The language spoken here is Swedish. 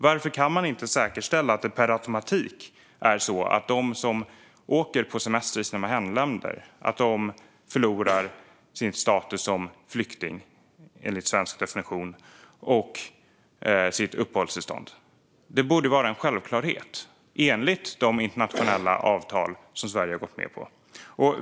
Varför kan man inte säkerställa att det per automatik är så att de som åker på semestrar i sina hemländer förlorar sin status som flykting enligt svensk definition samt sitt uppehållstillstånd? Det borde vara en självklarhet enligt de internationella avtal som Sverige har gått med på. Fru talman!